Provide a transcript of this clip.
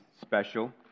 special